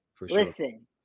listen